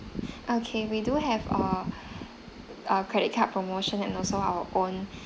okay we do have err a credit card promotions and also our own